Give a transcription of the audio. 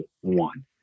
one